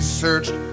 searched